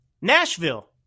Nashville